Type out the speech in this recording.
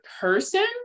person